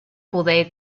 poder